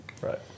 Right